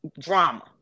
drama